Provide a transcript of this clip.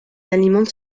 alimente